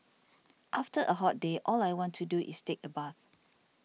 after a hot day all I want to do is take a bath